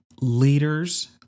leaders